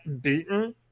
beaten